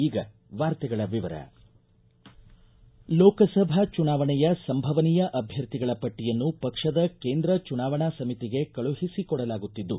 ಈಗ ವಾರ್ತೆಗಳ ವಿವರ ಲೋಕಸಭಾ ಚುನಾವಣೆಯ ಸಂಭವನೀಯ ಅಭ್ವರ್ಥಿಗಳ ಪಟ್ಟಯನ್ನು ಪಕ್ಷದ ಕೇಂದ್ರ ಚುನಾವಣಾ ಸಮಿತಿಗೆ ಕಳುಹಿಸಿಕೊಡಲಾಗುತ್ತಿದ್ದು